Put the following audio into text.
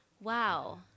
Wow